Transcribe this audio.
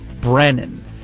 Brennan